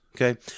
Okay